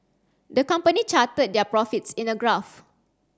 the company charted their profits in a graph